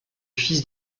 fils